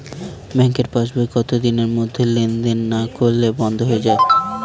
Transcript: ব্যাঙ্কের পাস বই কত দিনের মধ্যে লেন দেন না করলে বন্ধ হয়ে য়ায়?